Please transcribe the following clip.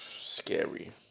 Scary